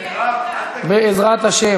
בעזרת השם,